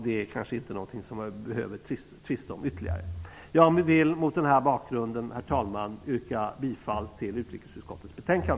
Det är inte någonting som vi behöver tvista om ytterligare. Herr talman! Mot denna bakgrund yrkar jag bifall till utrikesutskottets hemställan.